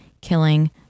killing